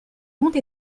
monte